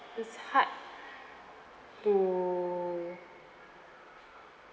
it's hard to